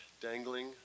dangling